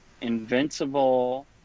invincible